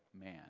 man